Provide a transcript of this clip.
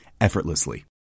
effortlessly